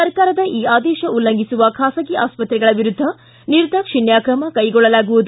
ಸರ್ಕಾರದ ಈ ಆದೇಶ ಉಲ್ಲಂಘಿಸುವ ಖಾಸಗಿ ಆಸ್ತ್ರೆಗಳ ವಿರುದ್ದ ನಿರ್ಧಾಕ್ಷಿಣ್ಯ ಕ್ರಮ ಕೈಗೊಳ್ಳಲಾಗುವುದು